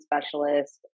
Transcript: specialist